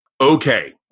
Okay